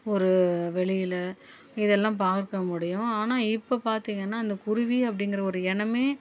ஒரு வெளியில் இது எல்லாம் பார்க்க முடியும் ஆனால் இப்போ பாத்தீங்கன்னா அந்த குருவி அப்படிங்குற ஒரு இனமே